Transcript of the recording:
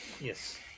Yes